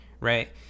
right